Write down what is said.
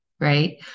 right